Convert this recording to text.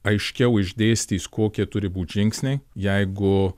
aiškiau išdėstys kokie turi būt žingsniai jeigu